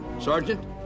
Sergeant